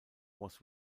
was